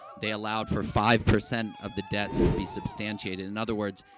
they allowed for five percent of the debts to be substantiated. in other words,